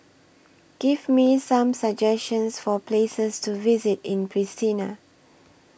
Give Me Some suggestions For Places to visit in Pristina